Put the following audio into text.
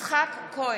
יצחק כהן,